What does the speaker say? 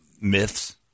myths